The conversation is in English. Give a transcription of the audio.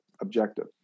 objective